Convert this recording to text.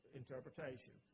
interpretation